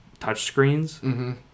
touchscreens